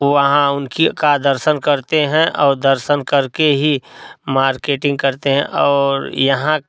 वहाँ उनकी का दर्शन करते हैं औ दर्शन कर के ही मार्केटिंग करते हैं और यहाँ